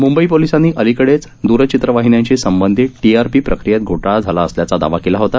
मुंबई पोलीसांनी अलिकोच द्रचित्रवाहिन्यांशी संबंधित टीआरपी प्रक्रियेत घोटाळा झाला असल्याचा दावा केला होता